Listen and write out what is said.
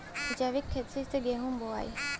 जैविक खेती से गेहूँ बोवाई